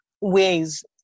ways